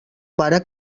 pare